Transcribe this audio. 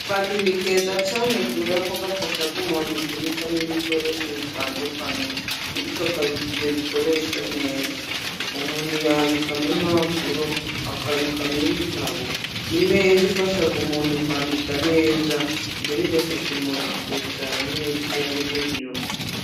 Akabati ni keza cyane kubera ko gafasha umuntu kubikamo ibikoresho bitandukanye, kandi kakabika ibyo bikoresha neza, umuntu yabikamo impapuro, akabikamo ibitabo, imeza ifasha umuntu kwandika neza, intebe igafasha umuntu kwicara neza iyo ari mu biro.